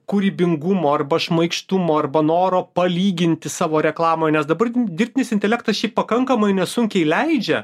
kūrybingumo arba šmaikštumo arba noro palyginti savo reklamą nes dabar dirbtinis intelektas šiaip pakankamai nesunkiai leidžia